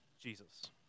Jesus